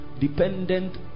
dependent